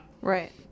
Right